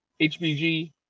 HBG